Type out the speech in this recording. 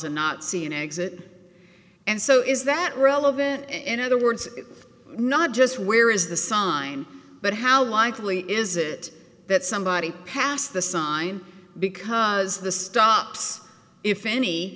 and not see an exit and so is that relevant in other words not just where is the sign but how likely is it that somebody passed the sign because the stops if any